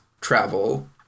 travel